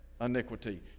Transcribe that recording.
Iniquity